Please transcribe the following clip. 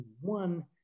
one